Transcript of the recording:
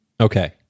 Okay